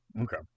Okay